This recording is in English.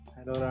Hello